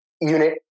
unit